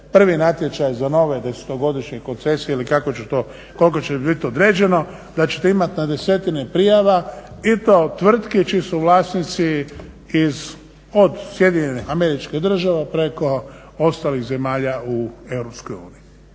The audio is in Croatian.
prvi natječaj za nove desetogodišnje koncesije ili koliko će bit određeno da ćete imati na desetine prijava i to tvrtki čiji su vlasnici od SAD-a preko ostalih zemalja u EU.